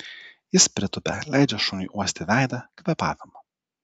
jis pritupia leidžia šuniui uosti veidą kvėpavimą